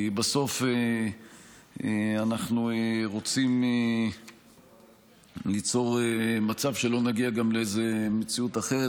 כי בסוף אנחנו רוצים ליצור מצב שלא נגיע לאיזו מציאות אחרת,